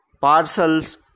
parcels